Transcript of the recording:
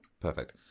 Perfect